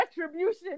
retribution